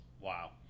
wow